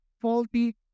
faulty